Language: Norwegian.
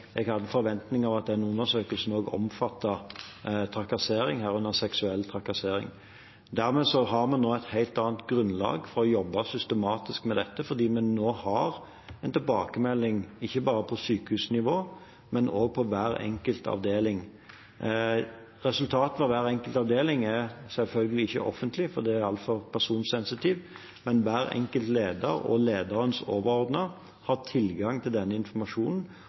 jeg hadde forventninger om at den undersøkelsen også skulle omfatte trakassering, herunder seksuell trakassering. Dermed har vi nå et helt annet grunnlag for å jobbe systematisk med dette, fordi vi nå har en tilbakemelding ikke bare på sykehusnivå, men fra hver enkelt avdeling. Resultatet fra hver enkelt avdeling er selvfølgelig ikke offentlig, for det er altfor personsensitivt, men hver enkelt leder og lederens overordnede har tilgang til denne informasjonen,